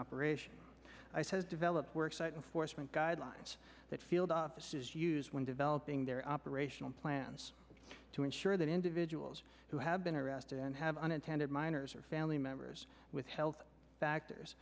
operation i says develop work site enforcement guidelines that field offices use when developing their operational plans to ensure that individuals who have been arrested and have unintended minors or family members with health factors